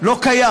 לא קיים,